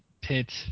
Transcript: pit